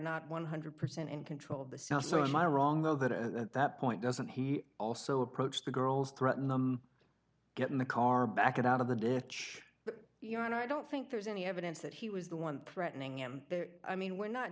not one hundred percent in control of the cell so am i wrong though that at that point doesn't he also approach the girls threaten them get in the car back out of the ditch but you know i don't think there's any evidence that he was the one threatening him i mean we're not